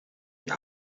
wir